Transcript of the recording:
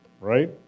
right